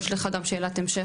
יש לך גם שאלת המשך,